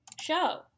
show